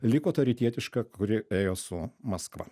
liko ta rytietiška kuri ėjo su maskva